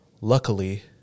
luckily